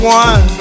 one